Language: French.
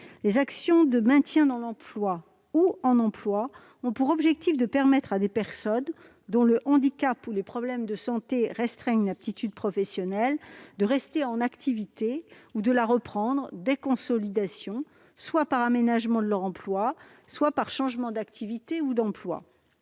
Les actions de maintien dans l'emploi ou en emploi ont pour objectif de permettre à des personnes dont le handicap ou les problèmes de santé restreignent l'aptitude professionnelle à rester en activité ou à reprendre leur activité dès consolidation, soit par un aménagement de leur emploi soit par un changement d'activité ou d'emploi.